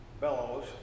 bellows